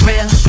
real